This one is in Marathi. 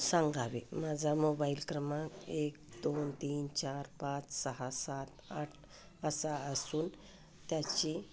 सांगावे माझा मोबाईल क्रमांक एक दोन तीन चार पाच सहा सात आठ असा असून त्याची